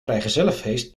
vrijgezellenfeest